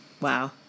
wow